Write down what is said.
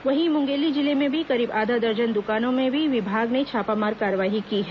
वहीं मुंगेली जिले में भी करीब आधा दर्जन दुकानों में विभाग ने छापामार कार्रवाई की है